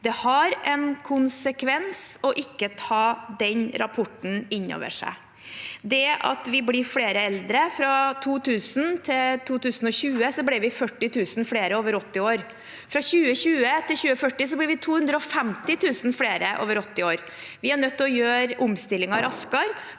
Det har en konsekvens å ikke ta den rapporten inn over seg. Til det at vi blir flere eldre: Fra 2000 til 2020 ble vi 40 000 flere over 80 år, og fra 2020 til 2040 blir vi 250 000 flere over 80 år. Vi er nødt til å gjøre omstillingen raskere